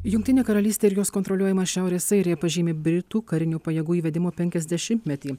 jungtinė karalystė ir jos kontroliuojama šiaurės airija pažymi britų karinių pajėgų įvedimo penkiasdešimtmetį